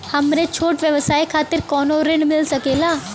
हमरे छोट व्यवसाय खातिर कौनो ऋण मिल सकेला?